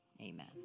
Amen